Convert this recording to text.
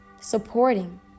supporting